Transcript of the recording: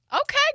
Okay